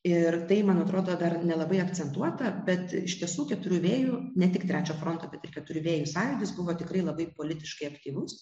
ir tai man atrodo dar nelabai akcentuota bet iš tiesų keturių vėjų ne tik trečio fronto keturių vėjų sąjūdis buvo tikrai labai politiškai aktyvus